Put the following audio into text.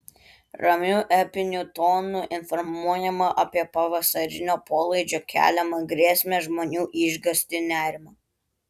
ramiu epiniu tonu informuojama apie pavasarinio polaidžio keliamą grėsmę žmonių išgąstį nerimą